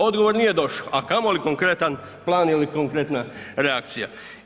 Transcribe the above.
Odgovor nije došao, a kamoli konkretan plan ili konkretna reakcija.